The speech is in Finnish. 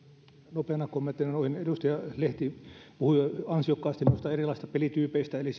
nopeana kommenttina noihin edustaja lehti puhui ansiokkaasti noista erilaisista pelityypeistä eli